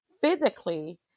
physically